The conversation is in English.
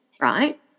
Right